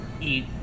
eat